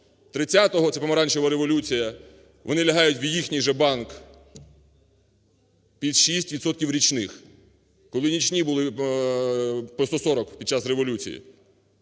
30-го – це Помаранчева революція – вони лягають в їхній же банк під 6 відсотків річних, коли нічні були по 140 під час революції.